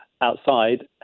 outside